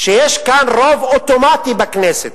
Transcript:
שיש כאן רוב אוטומטי בכנסת,